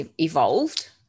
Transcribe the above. evolved